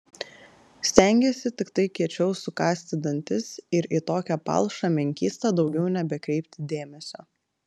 stengiesi tiktai kiečiau sukąsti dantis ir į tokią palšą menkystą daugiau nebekreipti dėmesio